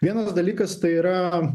vienas dalykas tai yra